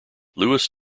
louis